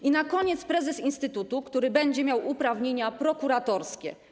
I na koniec prezes instytutu, który będzie miał uprawnienia prokuratorskie.